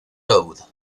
road